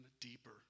deeper